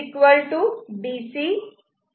C A